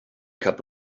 cup